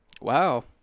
Wow